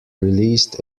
released